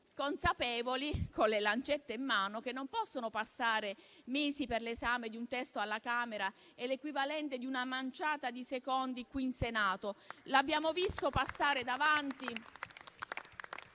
consapevoli, con le lancette in mano, che non possono passare mesi per l'esame di un testo alla Camera e l'equivalente di una manciata di secondi qui in Senato. Ce lo siamo visto passare davanti